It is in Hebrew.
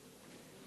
לרשויות)